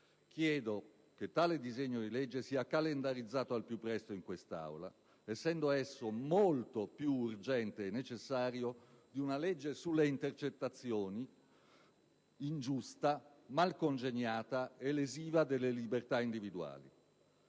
Chiedo che tale disegno di legge sia calendarizzato al più presto in quest'Aula, essendo esso molto più urgente e necessario di una legge sulle intercettazioni ingiusta, mal congeniata e lesiva delle libertà individuali.